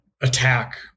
attack